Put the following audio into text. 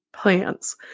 plans